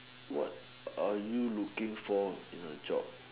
what are you looking for in a job